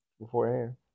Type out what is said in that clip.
beforehand